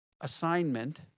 assignment